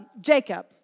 Jacob